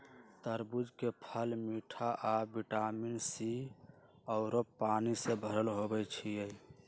तरबूज के फल मिठ आ विटामिन सी आउरो पानी से भरल होई छई